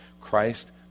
Christ